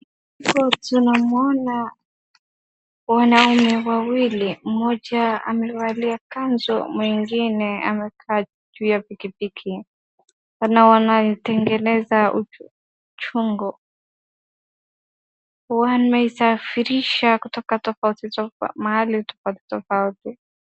So tunamwona wanaume wawili moja amevalia kanzu mwingine amekaa juu ya pikipiki na wanaitengeza chungu wanaisafirisha kutoka mahali tofauti tofauti.